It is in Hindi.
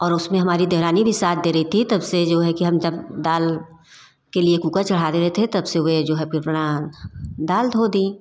और उसमें हमारी देवरानी भी साथ दे रही थी तब से जो है कि हम जब दाल के लिए कूकर चढ़ा दे रहे थे तब से वह जो है फिर अपना दाल धो दी